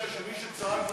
אני מציע שמי שצעק,